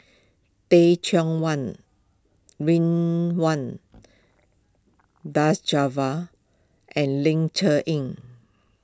Teh Cheang Wan and Ling Cher Eng